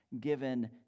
given